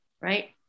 right